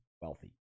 wealthy